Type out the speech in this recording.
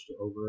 over